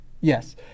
Yes